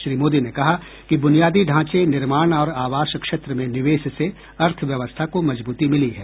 श्री मोदी ने कहा कि ब्रुनियादी ढांचे निर्माण और आवास क्षेत्र में निवेश से अर्थव्यवस्था को मजबूती मिली है